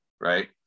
right